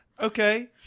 Okay